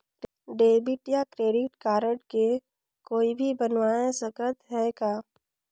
Debit या credit card के कोई भी बनवाय सकत है का?